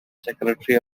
secretary